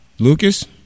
Lucas